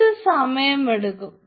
കുറച്ച് സമയമെടുക്കും